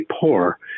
poor